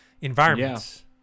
environments